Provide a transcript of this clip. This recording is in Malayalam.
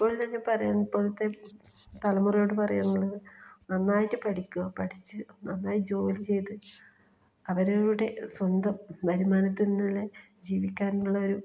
ഇപ്പോൾ എന്ന് തന്നെ പറയാം ഇപ്പോഴത്തെ തലമുറയോട് പറയാനുള്ളത് നന്നായിട്ട് പഠിക്കുക പഠിച്ച് നന്നായി ജോലി ചെയ്ത് അവരവരുടെ സ്വന്തം വരുമാനത്തിൽനിന്ന് തന്നെ ജീവിക്കാനുള്ളൊരു